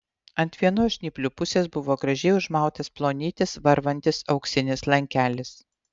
ant vienos žnyplių pusės buvo gražiai užmautas plonytis varvantis auksinis lankelis